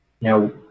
Now